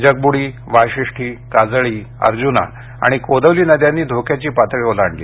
जगबुडी वाशिष्ठी काजळी अर्जूना आणि कोदवली नद्यांनी धोक्याची पातळी ओलांडली